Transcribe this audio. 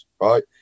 right